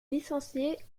licencié